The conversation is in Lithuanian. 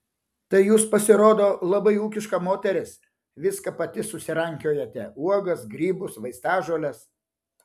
tai jūs pasirodo labai ūkiška moteris viską pati susirankiojate uogas grybus vaistažoles